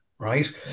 Right